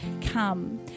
come